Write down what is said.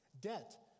Debt